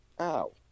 Ow